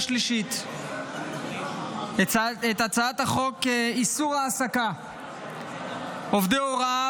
שלישית את הצעת חוק איסור העסקת עובדי הוראה